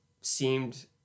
seemed